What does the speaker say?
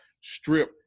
strip